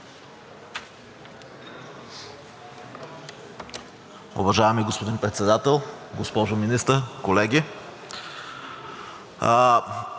Уважаеми господин Председател, госпожо Министър, колеги!